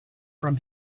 from